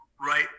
Right